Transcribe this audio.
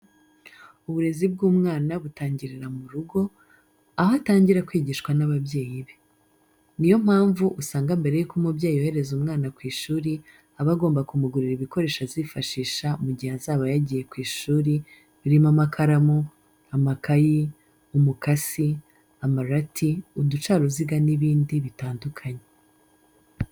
Uburezi bw'umwana butangirira mu rugo, aho atangira kwigishwa n'ababyeyi be. Ni yo mpamvu usanga mbere y'uko umubyeyi yohereza umwana ku ishuri aba agomba kumugurira ibikoresho azifashisha mu gihe azaba yagiye ku ishuri birimo amakaramu, amakayi, umukasi, amarati, uducaruziga n'ibindi bitandukanye.